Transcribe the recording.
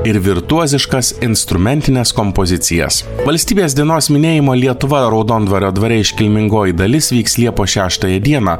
ir virtuoziškas instrumentines kompozicijas valstybės dienos minėjimo lietuva raudondvario dvare iškilmingoji dalis vyks liepos šeštąją dieną